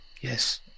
yes